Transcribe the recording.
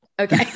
Okay